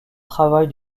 travail